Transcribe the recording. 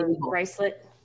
bracelet